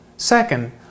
Second